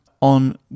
on